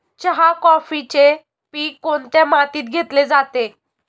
चहा, कॉफीचे पीक कोणत्या मातीत घेतले जाते?